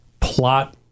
plot